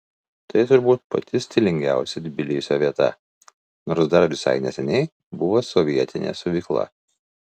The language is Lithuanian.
tai turbūt pati stilingiausia tbilisio vieta nors dar visai neseniai buvo sovietinė siuvykla